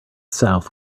south